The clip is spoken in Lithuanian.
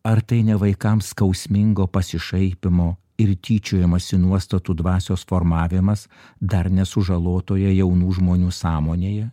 ar tai ne vaikams skausmingo pasišaipymo ir tyčiojamosi nuostatų dvasios formavimas dar nesužalotoje jaunų žmonių sąmonėje